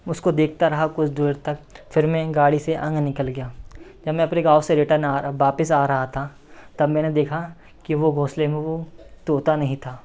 उसको देखता रहा कुछ देर तक फिर मैं गाड़ी से आगे निकल गया फिर मैं अपने गाँव से रिटर्न आ वापस आ रहा था तब मैंने देखा कि वह घोंसले में वह तोता नहीं था